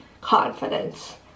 confidence